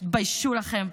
תתביישו לכם.